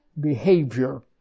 behavior